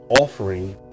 offering